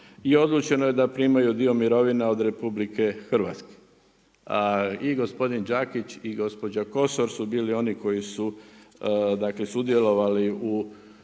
I odlučeno je da primaju dio mirovine od RH. I gospodin Đakić i gospođa Kosor su bili oni koji su dakle sudjelovali u